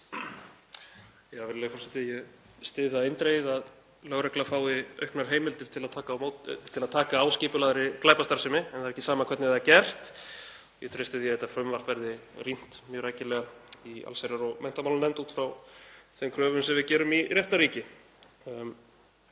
Ég styð það eindregið að lögregla fái auknar heimildir til að taka á skipulagðri glæpastarfsemi en það er ekki sama hvernig það er gert. Ég treysti því að þetta frumvarp verði rýnt mjög rækilega í allsherjar- og menntamálanefnd út frá þeim kröfum sem við gerum í réttarríki.